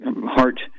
heart